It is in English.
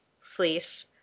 fleece